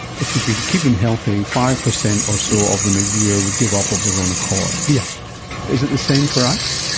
if you could keep them healthy, five percent or so of them a year would give up of their own accord. yeah is it the same for ice?